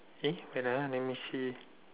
eh another let me see